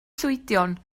llwydion